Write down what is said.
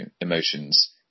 emotions